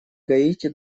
гаити